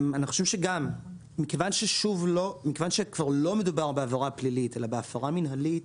אנחנו חושבים שמכיוון שכבר לא מדובר בעבירה פלילית אלא בהפרה מינהלית,